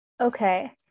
Okay